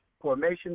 formation